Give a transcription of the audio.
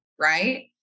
right